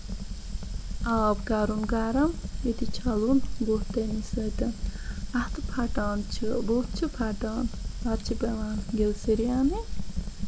آب کَرُن گرَم ییٚتہِ چھَلُن بُتھ تَمہِ سۭتۍ اَتھٕ پھٹان چھِ بُتھ چھُ پھٹان پَتہٕ چھِ پیوان گلسِریٖن اَںٕنۍ